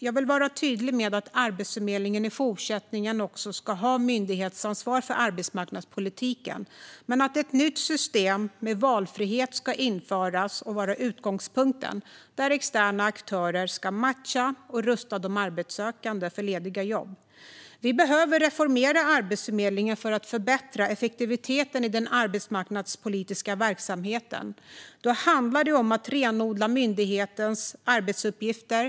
Jag vill vara tydlig med att Arbetsförmedlingen också i fortsättningen ska ha myndighetsansvar för arbetsmarknadspolitiken men att ett nytt system med valfrihet ska införas och vara utgångspunkten, där externa aktörer ska matcha och rusta de arbetssökande för lediga jobb. Vi behöver reformera Arbetsförmedlingen för att förbättra effektiviteten i den arbetsmarknadspolitiska verksamheten. Då handlar det om att renodla myndighetens arbetsuppgifter.